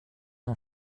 ont